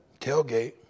tailgate